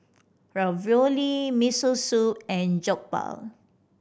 Ravioli Miso Soup and Jokbal